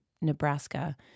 Nebraska